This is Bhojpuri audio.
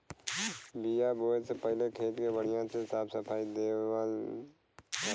बिया बोये से पहिले खेत के बढ़िया से साफ सफाई कर देवल जाला